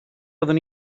fyddwn